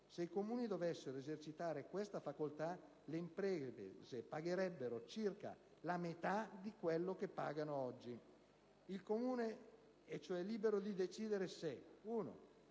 se i comuni dovessero esercitare questa facoltà le imprese pagherebbero circa la metà di quello che pagano oggi. Il Comune è cioè libero di decidere se: far